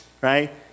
right